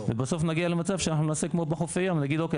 בסוף זה נגיע למצב שכמו בחופי הים נגיד: אוקי,